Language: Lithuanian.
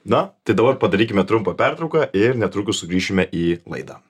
na tai dabar padarykime trumpą pertrauką ir netrukus sugrįšime į laidą